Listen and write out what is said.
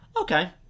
Okay